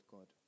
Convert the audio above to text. God